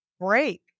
break